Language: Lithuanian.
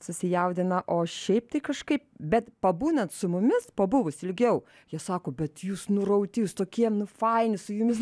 susijaudina o šiaip tai kažkaip bet pabūnant su mumis pabuvus ilgiau jie sako bet jūs nurauti jūs tokie nu faini su jumis